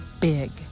big